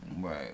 right